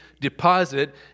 deposit